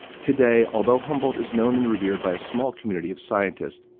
today although humboldt is known and revered by a small community of scientists,